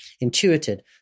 intuited